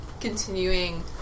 continuing